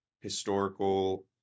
historical